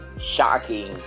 shocking